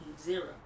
zero